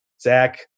Zach